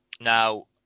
Now